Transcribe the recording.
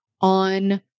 on